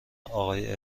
آقای